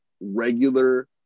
regular